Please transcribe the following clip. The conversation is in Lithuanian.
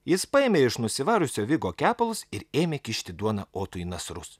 jis paėmė iš nusivariusio vigo kepalus ir ėmė kišti duoną otu į nasrus